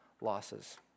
losses